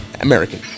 American